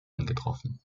angetroffen